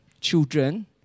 children